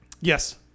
Yes